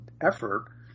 effort